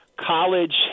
College